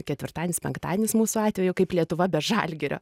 ketvirtadienis penktadienis mūsų atveju kaip lietuva be žalgirio